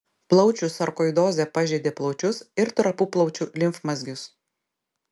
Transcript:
plaučių sarkoidozė pažeidė plaučius ir tarpuplaučių limfmazgius